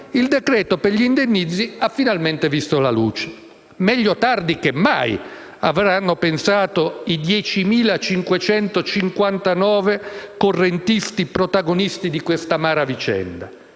il decreto per gli indennizzi ha finalmente visto la luce. Meglio tardi che mai, avranno pensato i 10.559 correntisti protagonisti di questa amara vicenda.